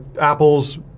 Apple's